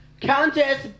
Countess